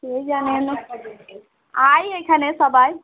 কে জানে আয়ে এইখানে সবাই